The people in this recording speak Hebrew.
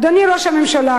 אדוני ראש הממשלה,